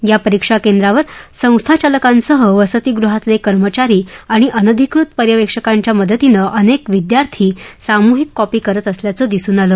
या परीक्षा केंद्रावर संस्थाचालकांसह वसतीगृहातले कर्मचारी आणि अनाधिकृत पर्यवेक्षकाच्या मदतीनं अनेक विद्यार्थी सामूहिक कॉपी करीत असल्याचं दिसून आलं